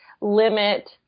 limit